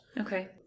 Okay